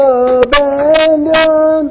abandon